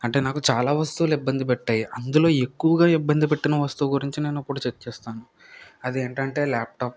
అంటే నాకు చాలా వస్తువులు ఇబ్బంది పెట్టాయి అందులో ఎక్కువగా ఇబ్బంది పెట్టిన వస్తువు గురించి నేను ఇప్పుడు చర్చిస్తాను అది ఏంటంటే ల్యాప్టాప్